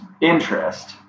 interest